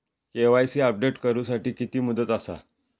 KYC update करू साठी किती मुदत आसा?